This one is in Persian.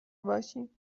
باشیم